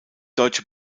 deutsche